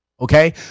Okay